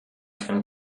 can